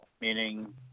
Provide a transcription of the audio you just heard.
meaning